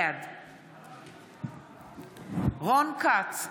בעד רון כץ,